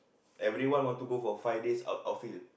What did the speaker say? everyone want to go for five days out out field